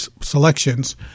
selections